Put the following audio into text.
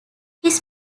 his